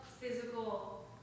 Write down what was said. physical